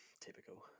Typical